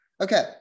Okay